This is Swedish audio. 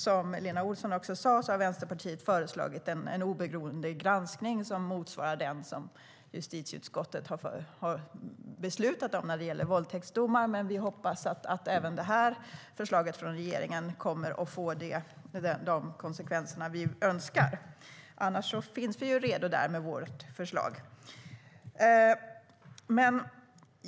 Som Lena Olsson sade har Vänsterpartiet föreslagit en oberoende granskning som motsvarar den som justitieutskottet har beslutat om när det gäller våldtäktsdomar. Vi hoppas dock att även det här förslaget från regeringen kommer att få de konsekvenser vi önskar. Annars finns vi redo med vårt förslag.